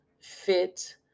fit